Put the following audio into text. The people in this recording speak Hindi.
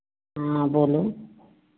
हाँ बोलो